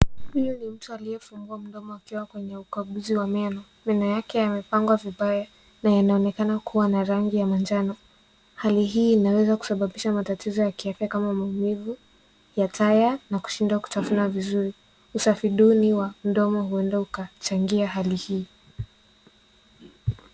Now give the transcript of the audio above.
Huyu ni mtu aliyefungua mdomo akiwa kwenye ukaguzi wa meno. Meno yake yamepangwa vibaya na yanaonekana kuwa na rangi ya manjano. Hali hii inaweza kusababisha matatizo ya kiafya kama maumivu ya taya na kushindwa kutafuna vizuri. Usafi duni wa mdomo huenda ukachangia hali hii.